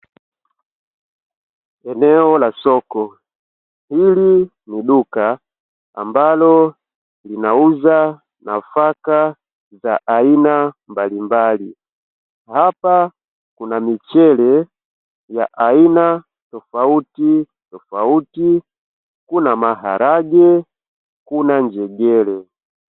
Eneo la soko, hili ni duka ambalo linauza nafaka za aina mbalimbali. Hapa kuna michele ya aina tofautitofauti, kuna maharage, kuna njegere.